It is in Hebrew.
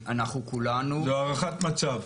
זו הערכת מצב.